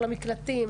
למקלטים,